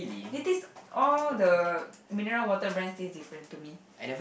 they taste all the mineral water brands seem different to me